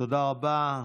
תודה רבה.